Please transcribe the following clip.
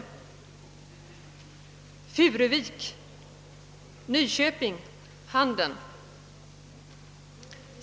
Furuvik — Nyköping — Handen.